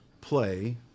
play